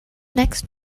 next